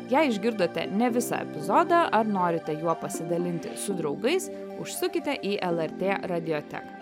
jei išgirdote ne visą epizodą ar norite juo pasidalinti su draugais užsukite į lrt radioteką